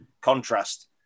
contrast